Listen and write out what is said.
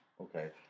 Okay